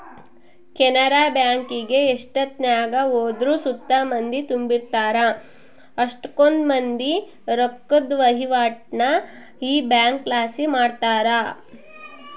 ಕೆನರಾ ಬ್ಯಾಂಕಿಗೆ ಎಷ್ಟೆತ್ನಾಗ ಹೋದ್ರು ಸುತ ಮಂದಿ ತುಂಬಿರ್ತಾರ, ಅಷ್ಟಕೊಂದ್ ಮಂದಿ ರೊಕ್ಕುದ್ ವಹಿವಾಟನ್ನ ಈ ಬ್ಯಂಕ್ಲಾಸಿ ಮಾಡ್ತಾರ